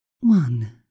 One